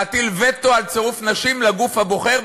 להטיל וטו על צירוף נשים לגוף הבוחר,